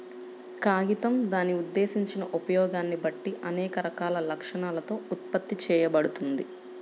కాగితం దాని ఉద్దేశించిన ఉపయోగాన్ని బట్టి అనేక రకాల లక్షణాలతో ఉత్పత్తి చేయబడుతుంది